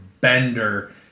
bender